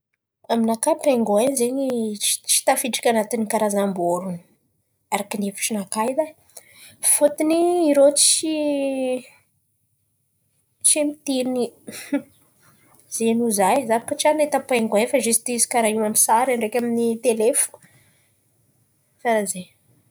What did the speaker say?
Aminaka ny paingoin zen̈y tsy tafiditry an̈atin̈y karazam-borona arakin'n̈y hevitrinaka fôton̈y irô tsy mitilin̈y zen̈y hoy zah. Zah tsy ary nahita paingoin ziste amy ny sary ndraiky amy ny tele fo karà zen̈y.